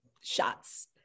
Shots